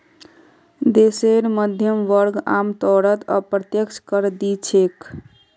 देशेर मध्यम वर्ग आमतौरत अप्रत्यक्ष कर दि छेक